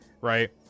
Right